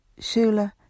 Shula